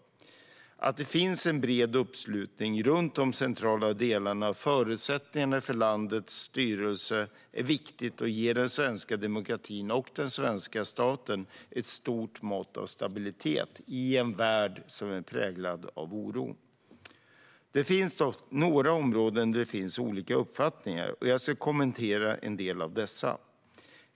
Att det finns en bred uppslutning runt de centrala delarna av förutsättningarna för landets styrelse är viktigt och ger den svenska demokratin och den svenska staten ett stort mått av stabilitet i en värld som är präglad av oro. Det finns några områden där det råder olika uppfattningar, och jag ska kommentera en del av dessa.